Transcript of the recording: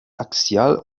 axial